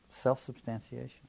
self-substantiation